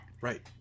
Right